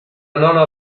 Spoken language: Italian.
nona